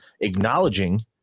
acknowledging